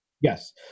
Yes